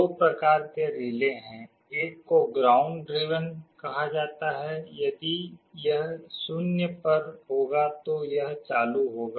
दो प्रकार के रिले हैं एक को ग्राउंड ड्रिवेन कहा जाता है यदि यह 0 पर होगा तो यह चालू होगा